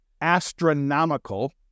astronomical